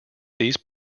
these